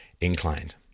inclined